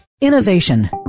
Innovation